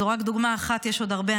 זו רק דוגמה אחת, יש עוד הרבה.